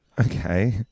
Okay